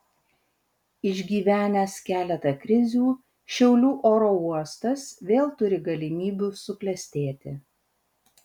išgyvenęs keletą krizių šiaulių oro uostas vėl turi galimybių suklestėti